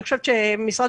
כולל אסימפטומטיים.